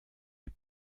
les